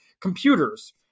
computers